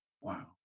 wow